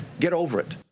get over it.